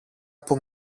που